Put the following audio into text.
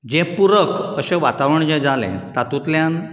जे पुरक अशें वातावरण जें जालें तातुंतल्यान